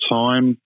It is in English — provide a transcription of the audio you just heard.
time